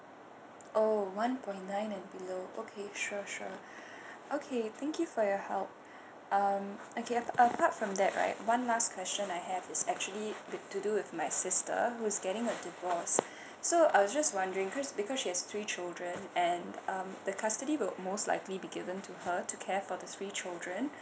oh one point nine and below okay sure sure okay thank you for your help um okay apart from that right one last question I have is actually with to do with my sister who's getting a divorce so I was just wondering cause because she has three children and um the custody will most likely be given to her to care for the three children